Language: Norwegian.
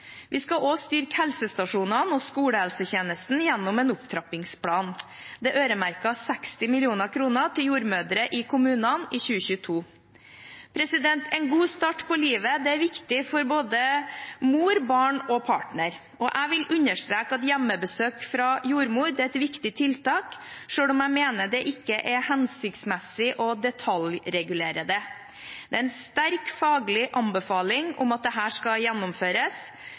Vi skal også styrke helsestasjonene og skolehelsetjenesten gjennom en opptrappingsplan. Det er øremerket 60 mill. kr til jordmødre i kommunene i 2022. En god start på livet er viktig for både mor, barn og partner. Jeg vil understreke at hjemmebesøk av jordmor er et viktig tiltak, selv om jeg mener det ikke er hensiktsmessig å detaljregulere det. Det er en sterk faglig anbefaling om at dette skal gjennomføres.